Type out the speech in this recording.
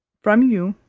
from you,